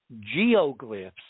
geoglyphs